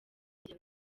njya